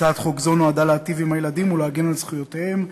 הצעת חוק זו נועדה להיטיב עם הילדים ולהגן על זכויותיהם,